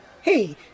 Hey